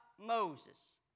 Moses